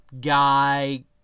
guy